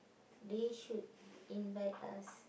they should invite us